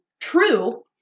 true